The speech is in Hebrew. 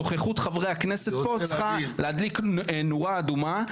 נוכחות חברי הכנסת פה צריכה להדליק נורה אדומה.